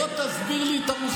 בוא תסביר לי.